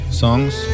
songs